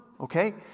okay